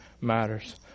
matters